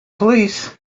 police